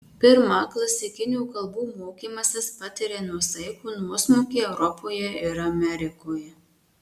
pirma klasikinių kalbų mokymasis patiria nuosaikų nuosmukį europoje ir amerikoje